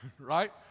right